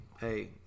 hey